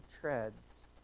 treads